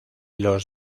los